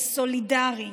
הסולידרי.